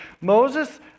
Moses